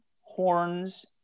horns